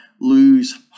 lose